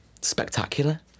spectacular